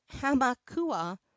hamakua